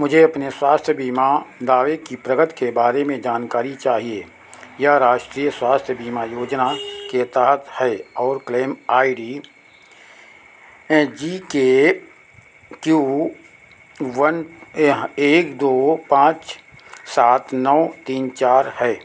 मुझे अपने स्वास्थ्य बीमा दावे की प्रगति के बारे में जानकारी चाहिए यह राष्ट्रीय स्वास्थ्य बीमा योजना के तहत है और claim I D G K Q one एक दो पाँच सात नौ तीन चार है